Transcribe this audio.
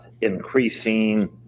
increasing